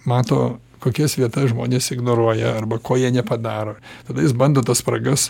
mato kokias vietas žmonės ignoruoja arba ko jie nepadaro tada jis bando tas spragas